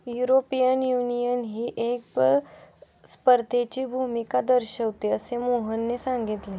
European युनियनही कर स्पर्धेची भूमिका दर्शविते, असे मोहनने सांगितले